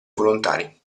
volontari